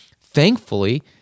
Thankfully